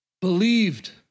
believed